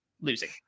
losing